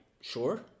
sure